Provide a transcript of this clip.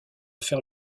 faire